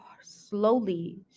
slowly